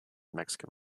mexican